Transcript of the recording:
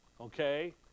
Okay